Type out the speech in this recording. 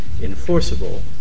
enforceable